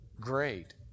great